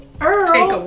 Earl